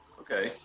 Okay